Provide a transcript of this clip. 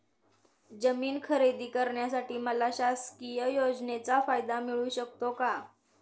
जमीन खरेदी करण्यासाठी मला शासकीय योजनेचा फायदा मिळू शकतो का?